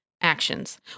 actions